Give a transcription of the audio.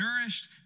nourished